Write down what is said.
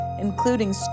including